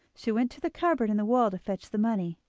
she went to the cupboard in the wall to fetch the money.